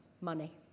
money